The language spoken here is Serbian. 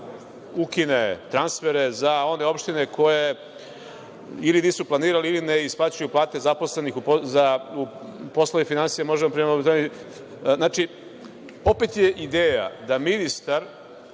ukine transfere za one opštine koje ili nisu planirali ili ne isplaćuju plate zaposlenih za poslove finansija, možemo da ih … Znači, opet je ideja da ministar